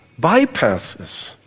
bypasses